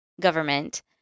government